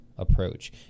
Approach